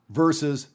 versus